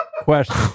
question